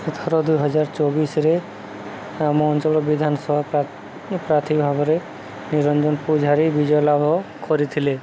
ଅଠର ଦୁଇହଜାର ଚବିଶିରେ ଆମ ଅଞ୍ଚଳ ବିଧାାନସଭା ପ୍ରାଥୀ ଭାବରେ ନିରଞ୍ଜନ ପୂଜାରୀ ବିଜୟଲାଭ କରିଥିଲେ